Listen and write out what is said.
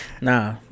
nah